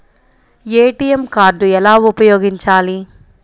ATM card ఎలా ఉపయోగించాలి?